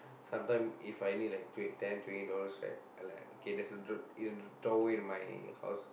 sometime if I need like tw~ ten twenty dollar right I like okay there's a draw~ drawer in my house